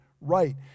right